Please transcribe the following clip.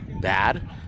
bad